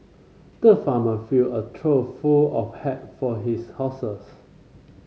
the farmer filled a trough full of hay for his horses